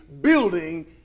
building